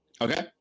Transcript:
Okay